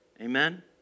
Amen